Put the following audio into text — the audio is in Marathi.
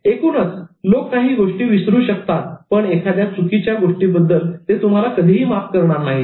एकूणच लोक काही गोष्टी विसरू शकतात पण एखाद्या चुकीच्या गोष्टीबद्दल ते तुम्हाला कधीही माफ करणार नाहीत